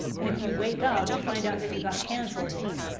and if you wake up to find out that you got canceled on,